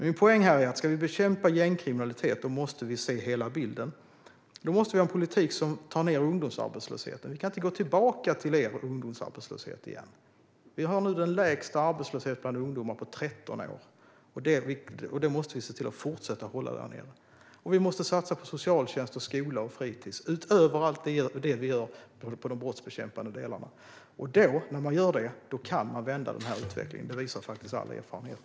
Min poäng är att om vi ska bekämpa gängkriminalitet måste vi se hela bilden, och då måste det finnas en politik som sänker ungdomsarbetslösheten. Vi kan inte gå tillbaka till den nivån på ungdomsarbetslöshet som rådde under er regeringstid. Nu är det den lägsta arbetslösheten bland ungdomar på 13 år, och vi måste fortsätta att hålla ned nivån på arbetslösheten. Vi måste satsa på socialtjänst, skola och fritis utöver allt det som görs i de brottsbekämpande delarna. När detta görs kan utvecklingen vändas. Det visar all erfarenhet.